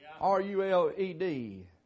R-U-L-E-D